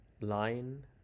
line